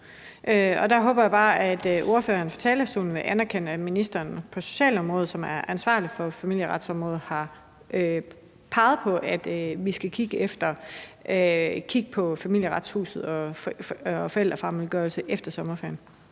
Og der håber jeg bare, at ordføreren fra talerstolen vil anerkende, at socialministeren, som er ansvarlig for familieretsområdet, har peget på, at vi skal kigge på Familieretshuset og forældrefremmedgørelse efter sommerferien.